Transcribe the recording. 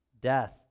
Death